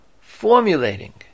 formulating